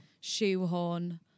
shoehorn